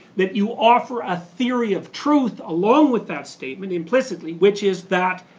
that you offer a theory of truth along with that statement, implicitly which is that